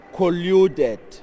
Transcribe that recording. colluded